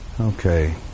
Okay